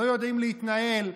לא יודעים להתנהל,